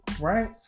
Right